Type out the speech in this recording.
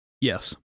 Yes